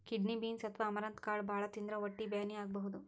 kidney beans ಅಥವಾ amaranth ಕಾಳ್ ಭಾಳ್ ತಿಂದ್ರ್ ಹೊಟ್ಟಿ ಬ್ಯಾನಿ ಆಗಬಹುದ್